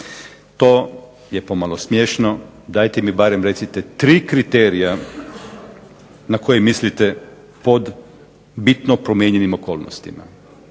To je pomalo smiješno, dajte mi barem recite tri kriterija na koje mislite pod bitno promijenjenim okolnostima.